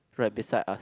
right beside us